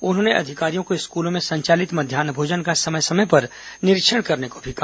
उन्होंने अधिकारियों को स्कूलों में संचालित मध्यान्ह भोजन का समय समय पर निरीक्षण करने को भी कहा